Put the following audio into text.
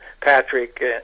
Patrick